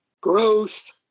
gross